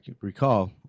recall